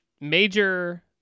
Major